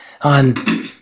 on